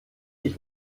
dich